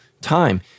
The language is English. time